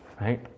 Right